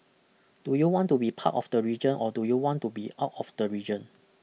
do you want to be part of the region or do you want to be out of the region